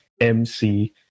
mc